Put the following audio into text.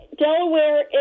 Delaware